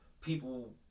people